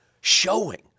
showing